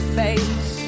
face